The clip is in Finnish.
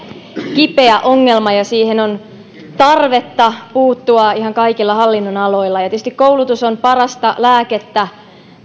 kipeä ongelma ja siihen on tarvetta puuttua ihan kaikilla hallinnonaloilla tietysti koulutus on parasta lääkettä